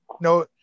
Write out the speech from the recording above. No